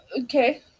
Okay